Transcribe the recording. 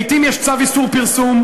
לעתים יש צו איסור פרסום,